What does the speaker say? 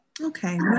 Okay